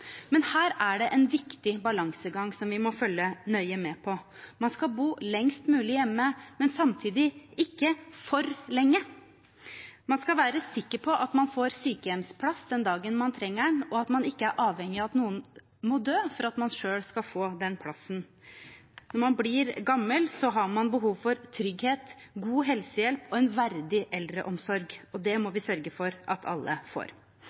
Men her er det en viktig balansegang som vi må følge nøye med på. Man skal bo lengst mulig hjemme, men samtidig ikke for lenge. Man skal være sikker på at man får sykehjemsplass den dagen man trenger det, og at man ikke er avhengig av at noen må dø for at man selv skal få plass. Når man blir gammel, har man behov for trygghet, god helsehjelp og en verdig eldreomsorg. Det må vi sørge for at alle får.